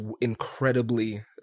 incredibly